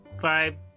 five